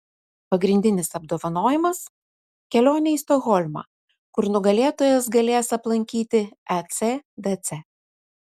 pagrindinis apdovanojimas kelionė į stokholmą kur nugalėtojas galės aplankyti ecdc